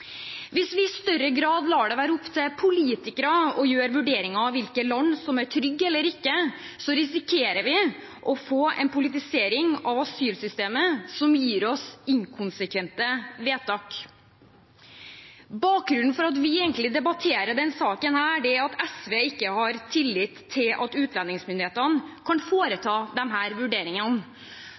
Hvis vi i større grad lar det være opp til politikere å vurdere hvilke land som er trygge eller ikke, risikerer vi å få en politisering av asylsystemet som gir oss inkonsekvente vedtak. Bakgrunnen for at vi egentlig debatterer denne saken, er at SV ikke har tillit til at utlendingsmyndighetene kan foreta